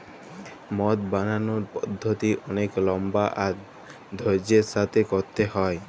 মদ বালালর পদ্ধতি অলেক লম্বা আর ধইর্যের সাথে ক্যইরতে হ্যয়